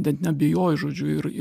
net neabejoju žodžiu ir